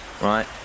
Right